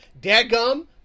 dadgum